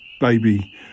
baby